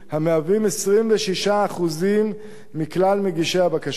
המהווים 26% מכלל מגישי הבקשות,